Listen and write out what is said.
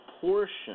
portion